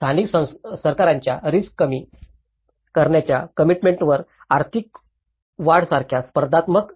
आणि स्थानिक सरकारांच्या रिस्क कमी करण्याच्या कमिटमेंट वर आर्थिक वाढसारख्या स्पर्धात्मक